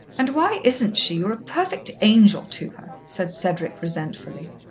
and why isn't she? you're a perfect angel to her, said cedric resentfully.